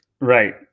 Right